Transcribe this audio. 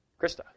Krista